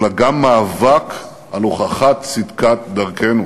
אלא גם מאבק על הוכחת צדקת דרכנו